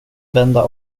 vända